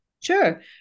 Sure